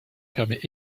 permet